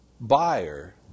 buyer